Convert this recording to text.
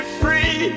free